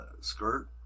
skirt